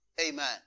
Amen